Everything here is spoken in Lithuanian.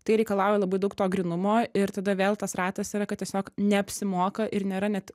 tai reikalauja labai daug to grynumo ir tada vėl tas ratas yra kad tiesiog neapsimoka ir nėra net